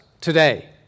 today